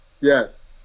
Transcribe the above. yes